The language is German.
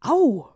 au